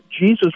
Jesus